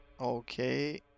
Okay